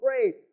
pray